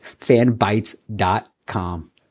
fanbytes.com